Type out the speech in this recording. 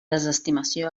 desestimació